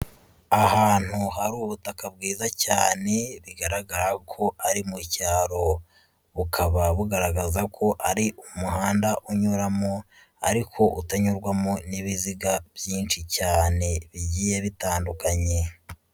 Ahantu hari ubutaka bwiza cyane, bigaragara ko ari mu cyaro, bukaba bugaragaza ko ari umuhanda unyuramo ariko utanyurwamo n'ibiziga byinshi cyane, bigiye bitandukanye.